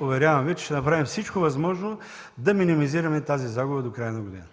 Уверявам Ви, че ние ще направим всичко възможно, за да минимизираме тази загуба до края на годината.